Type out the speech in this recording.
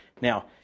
Now